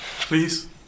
Please